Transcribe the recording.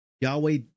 Yahweh